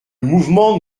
mouvement